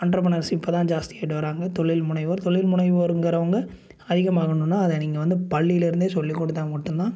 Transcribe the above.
entrepreneurs இப்போதான் ஜாஸ்தியாகிட்டு வராங்க தொழில் முனைவோர் தொழில் முனைவோருங்குறவங்க அதிகமாகனுனா அதை நீங்கள் வந்து பள்ளியிலேருந்தே சொல்லி கொடுத்தா மட்டுந்தான்